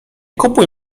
kupuj